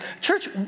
Church